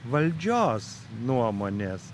valdžios nuomonės